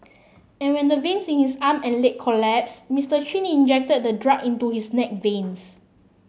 and when the veins in his arm and leg collapsed Mister Chin injected the drug into his neck veins